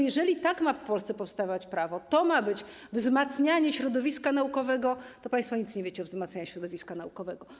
Jeżeli tak ma w Polsce powstawać prawo, na tym ma polegać wzmacnianie środowiska naukowego, to państwo nic nie wiecie o wzmacnianiu środowiska naukowego.